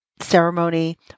ceremony